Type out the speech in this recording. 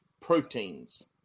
proteins